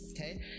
Okay